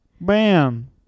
Bam